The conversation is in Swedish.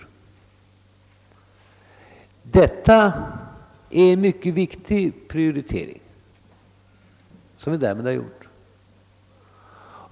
Det är en mycket viktig prioritering som vi därmed har gjort.